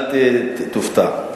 אל תופתע: